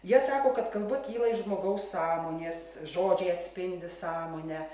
jie sako kad kalba kyla iš žmogaus sąmonės žodžiai atspindi sąmonę